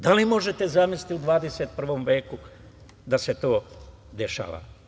Da li možete zamisliti u 21. veku da se to dešava?